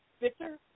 Victor